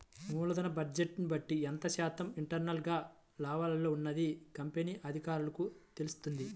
మూలధన బడ్జెట్ని బట్టి ఎంత శాతం ఇంటర్నల్ గా లాభాల్లో ఉన్నది కంపెనీ అధికారులకు తెలుత్తది